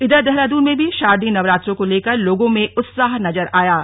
इधर देहरादून में भी शारदीय नवरात्रों को लेकर लोगों में उत्साह नजर आ रहा है